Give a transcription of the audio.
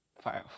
five